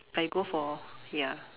like you go for ya